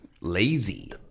lazy